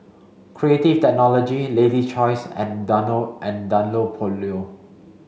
Creative Technology Lady's Choice and and Dunlopillo